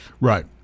right